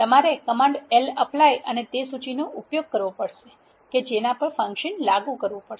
તમારે command lapply અને તે સૂચિનો ઉપયોગ કરવો પડશે કે જેના પર ફંકશન લાગુ કરવું પડશે